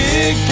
Big